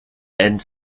ends